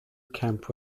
camp